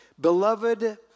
beloved